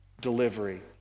delivery